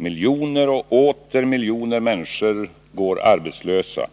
Miljoner och åter miljoner människor går arbetslösa.